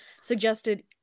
suggested